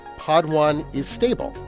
pod one is stable,